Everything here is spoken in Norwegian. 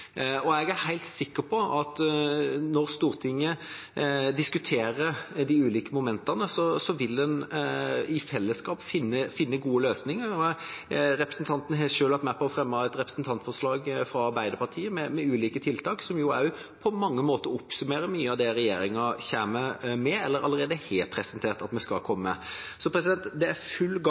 Jeg er helt sikker på at når Stortinget diskuterer de ulike momentene, vil en i fellesskap finne gode løsninger. Representanten har selv vært med på å fremme et representantforslag fra Arbeiderpartiet med ulike tiltak som på mange måter oppsummerer mye av det regjeringa kommer med, eller allerede har presentert at vi skal komme med. Arbeid med å styrke bemanningen i barnevernet er i full gang,